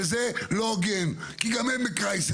וזה לא הוגן, כי גם הם בקרייסיס.